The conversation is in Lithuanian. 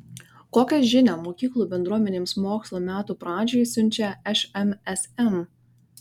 kokią žinią mokyklų bendruomenėms mokslo metų pradžiai siunčia šmsm